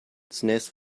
zunächst